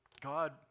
God